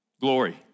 glory